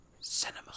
cinema